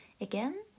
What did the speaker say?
Again